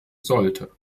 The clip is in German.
sollte